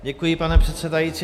Děkuji, pane předsedající.